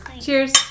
cheers